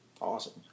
awesome